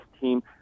team